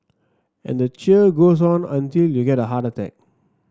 and the cheer goes on until you get a heart attack